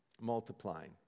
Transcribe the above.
multiplying